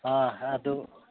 ꯑꯥ ꯑꯗꯨ